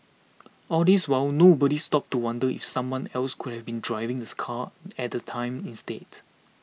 all this while nobody stopped to wonder if someone else could have been driving the car at the time instead